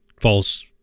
false